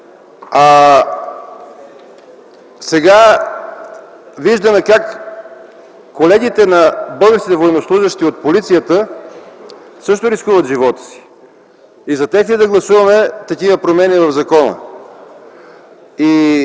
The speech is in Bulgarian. А сега виждаме как и колегите на българските военнослужещи от полицията също рискуват живота си. И за тях ли да гласуваме тези промени в закона?